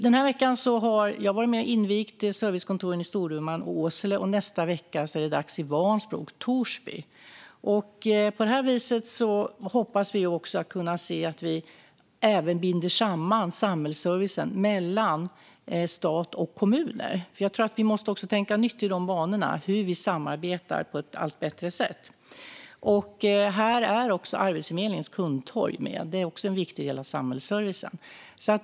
Den här veckan har jag varit med och invigt servicekontoren i Storuman och Åsele, och nästa vecka är det dags i Vansbro och Torsby. På det här viset hoppas vi kunna se att vi även binder samman samhällsservicen mellan stat och kommuner. Jag tror att vi måste tänka nytt i de banorna, alltså när det gäller hur vi kan samarbeta på ett allt bättre sätt. Här är också Arbetsförmedlingens kundtorg med, som också är en viktig del av samhällsservicen.